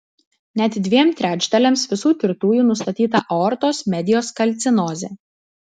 net dviem trečdaliams visų tirtųjų nustatyta aortos medijos kalcinozė